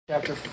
chapter